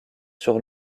sur